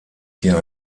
hier